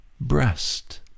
breast